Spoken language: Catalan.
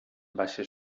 baixes